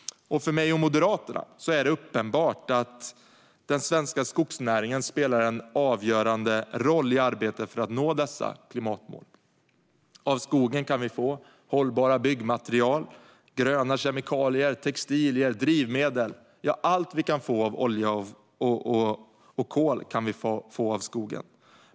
För mig och Moderaterna är det uppenbart att den svenska skogsnäringen spelar en avgörande roll i arbetet för att nå dessa klimatmål. Av skogen kan vi få hållbara byggmaterial, gröna kemikalier, textilier, drivmedel - ja, allt som vi i dag får av kol och olja kan vi få av skogen.